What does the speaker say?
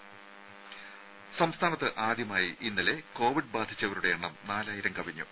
ദേദ സംസ്ഥാനത്ത് ആദ്യമായി ഇന്നലെ കോവിഡ് ബാധിച്ചവരുടെ എണ്ണം നാലായിരം കവിഞ്ഞു